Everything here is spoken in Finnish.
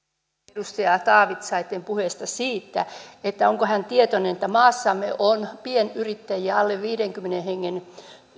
edustaja taavitsaisen puheesta siitä onko hän tietoinen että maassamme on pienyrittäjiä alle viidenkymmenen hengen